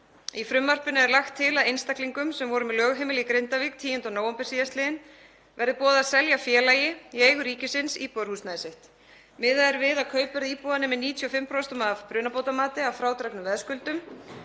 Í frumvarpinu er lagt til að einstaklingum, sem voru með lögheimili í Grindavík 10. nóvember síðastliðinn, verði boðið að selja félagi í eigu ríkisins íbúðarhúsnæði sitt. Miðað er við að kaupverð íbúða nemi 95% af brunabótamati að frádregnum veðskuldum.